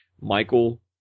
Michael